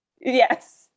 yes